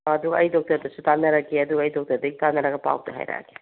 ꯑꯗꯣ ꯑꯩ ꯗꯣꯛꯇꯔꯗꯁꯨ ꯇꯥꯟꯅꯔꯒꯦ ꯑꯗꯨꯒ ꯑꯩ ꯗꯣꯛꯇꯔꯗꯒꯤ ꯇꯥꯟꯅꯔꯒ ꯄꯥꯎꯗꯣ ꯍꯥꯏꯔꯛꯑꯒꯦ